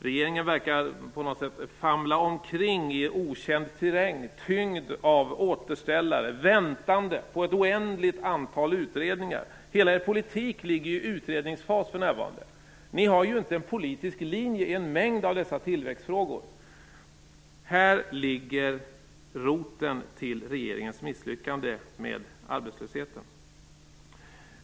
Regeringen verkar på något sätt famla omkring i okänd terräng, tyngd av återställare, väntande på ett oändligt antal utredningar. Hela er politik ligger för närvarande i utredningsfas. Ni har inte någon politisk linje i en mängd tillväxtfrågor. Här ligger roten till regeringens misslyckande med arbetslösheten.